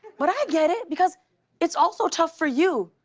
but i get it because it's also tough for you.